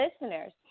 listeners